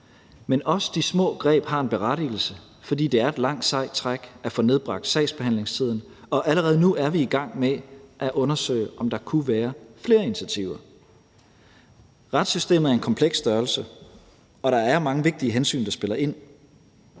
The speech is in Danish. Men også de små greb har en berettigelse, for det er et langt sejt træk at få nedbragt sagsbehandlingstiden, og vi er allerede nu i gang med at undersøge, om der kunne være flere initiativer. Retssystemet er en kompleks størrelse, og der er mange vigtige hensyn, der spiller ind.